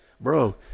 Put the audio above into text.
bro